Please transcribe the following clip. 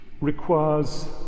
requires